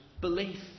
belief